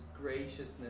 graciousness